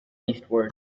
eastward